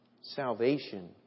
Salvation